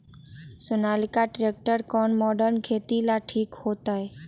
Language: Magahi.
सोनालिका ट्रेक्टर के कौन मॉडल खेती ला ठीक होतै?